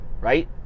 right